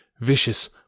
vicious